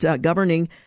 governing